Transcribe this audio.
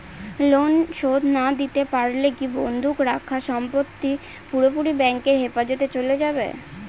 Loan শোধ না দিতে পারলে কি বন্ধক রাখা সম্পত্তি পুরোপুরি ব্যাংকের হেফাজতে চলে যাবে?